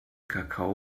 kakao